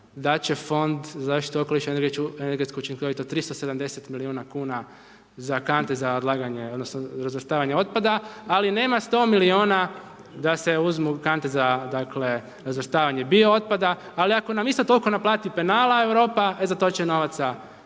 da će Fond zaštite okoliša i energetsku učinkovitost 370 milijuna kuna za kante za odlaganje, odnosno razvrstavanje otpada, ali nema sto milijuna da se uzmu kante za dakle, razvrstavanje bio otpada, ali ako nam isto toliko naplati penala Europa, e za to će novaca biti.